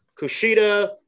Kushida